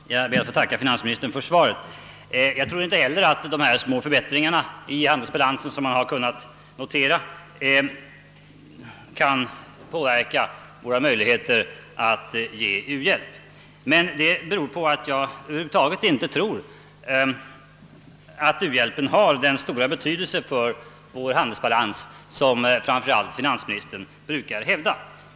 Herr talman! Jag ber att få tacka herr finansministern för svaret. Jag tror inte heller att de här små förbättringarna i vår handelsbalans har någon inverkan på våra möjligheter att ge ulandshjälp. Men det beror på att jag över huvud taget inte tror att u-lands hjälpen har den stora betydelse för vår handelsbalans som framför allt finansministern brukar hävda.